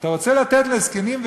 אתה רוצה לתת לזקנים,